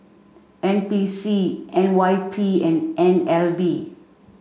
N P C N Y P and N L B